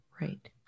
Right